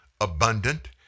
abundant